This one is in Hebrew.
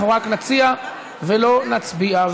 אנחנו רק נציע ולא נצביע.